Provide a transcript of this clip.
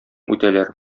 үтәләр